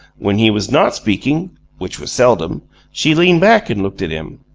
when he was not speaking which was seldom she leaned back and looked at him.